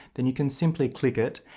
then you can simply click it,